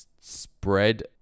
spread